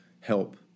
help